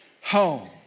home